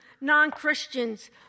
non-Christians